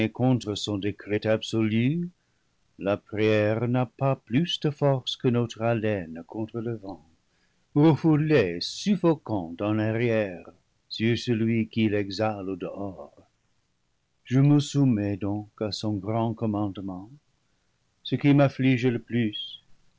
contre son décret absolu la prière n'a pas plus de force que notre haleine contre le vent refoulée suffocante en arrière sur celui qui l'exhale au dehors je me soumets donc à son grand commandement ce qui m'afflige le plus